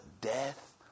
death